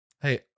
Hey